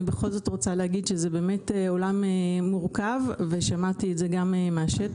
אני בכל זאת רוצה להגיד שזה עולם מורכב ושמעתי את זה גם מהשטח.